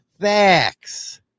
facts